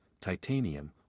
titanium